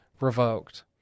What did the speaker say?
revoked